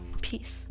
Peace